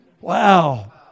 Wow